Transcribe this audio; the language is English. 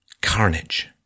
carnage